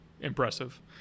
impressive